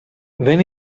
when